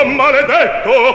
maledetto